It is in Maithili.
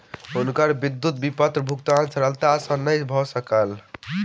हुनकर विद्युत विपत्र भुगतान सरलता सॅ नै भ सकल